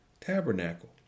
tabernacle